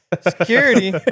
security